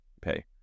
pay